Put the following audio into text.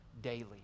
daily